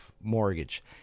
mortgage